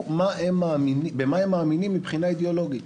במה הן מאמינות מבחינה אידאולוגית.